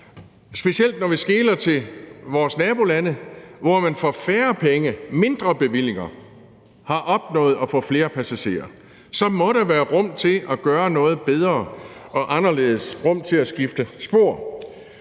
kan se, når vi skeler til vores nabolande, hvor man for færre penge, altså mindre bevillinger, har opnået at få flere passagerer – så der må altså være rum til at gøre noget bedre og anderledes, rum til at skifte spor.